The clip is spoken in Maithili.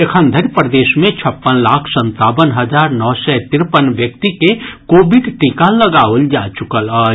एखन धरि प्रदेश मे छप्पन लाख संतावन हजार नओ सय तिरपन व्यक्ति के कोविड टीका लगाओल जा चुकल अछि